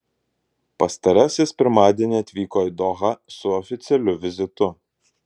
pastarasis pirmadienį atvyko į dohą su oficialiu vizitu